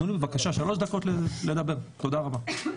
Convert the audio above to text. תנו לי בבקשה 3 דקות לדבר, תודה רבה.